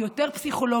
יהיו יותר פסיכולוגים,